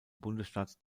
bundesstaat